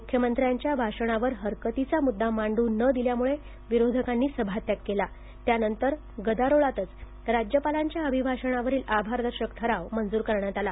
मुख्यमंत्र्यांच्या भाषणावर हरकतीचा मुद्दा मांडू न दिल्यामुळे विरोधकांनी सभात्याग केला त्यानंतर गदारोळातच राज्यपालांच्या अभिभाषणावरील आभारदर्शक ठराव मंजूर करण्यात आला